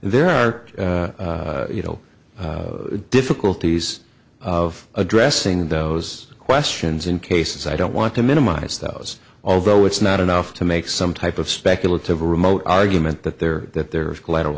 there are you know the difficulties of addressing those questions in cases i don't want to minimize those although it's not enough to make some type of speculative remote argument that they're that they're of collateral